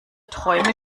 träume